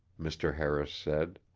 mr. harris said.